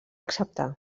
acceptar